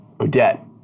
Odette